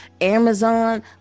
Amazon